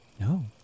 No